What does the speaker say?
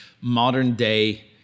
modern-day